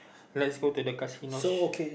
let's go to the casino